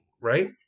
right